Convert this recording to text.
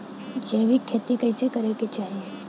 जैविक खेती कइसे करे के चाही?